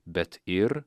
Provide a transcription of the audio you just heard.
bet ir